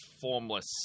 formless